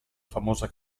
famosa